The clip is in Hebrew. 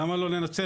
למה לא לנצל?